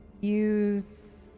use